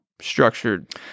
structured